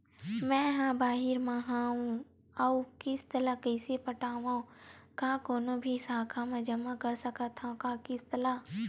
मैं हा बाहिर मा हाव आऊ किस्त ला कइसे पटावव, का कोनो भी शाखा मा जमा कर सकथव का किस्त ला?